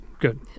Good